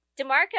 DeMarco